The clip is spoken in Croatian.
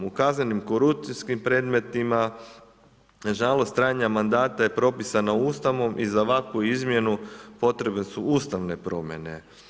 U kaznenim korupcijskim predmetima nažalost trajanje mandata je propisano Ustavom i za ovakvu izmjenu potrebne su ustavne promjene.